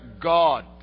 God